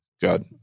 Good